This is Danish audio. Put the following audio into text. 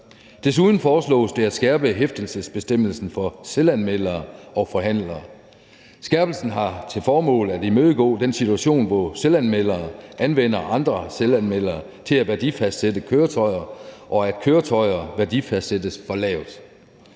Desuden foreslås det at skærpe hæftelsesbestemmelsen for selvanmeldere og forhandlere. Skærpelsen har til formål at imødegå den situation, hvor selvanmeldere anvender andre selvanmeldere til at værdifastsætte køretøjer, og at køretøjer værdifastsættes for lavt.